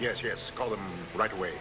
yes yes call them right away